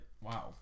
Wow